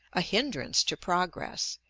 a hinderance to progress,